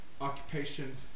occupation